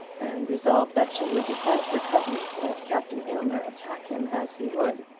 and resolved that she would defend her cousin, let captain aylmer attack him as he would.